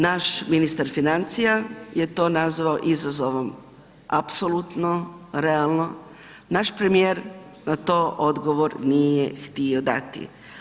Naš ministar financija je to nazvao izazovom, apsolutno realno, naš premijer na to odgovor nije htio dati.